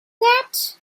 that